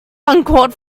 uncalled